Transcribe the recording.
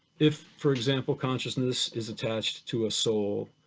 if for example, consciousness is attached to a soul,